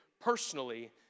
personally